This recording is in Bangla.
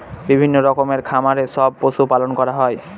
বিভিন্ন রকমের খামারে সব পশু পালন করা হয়